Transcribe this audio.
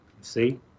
See